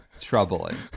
troubling